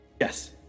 Yes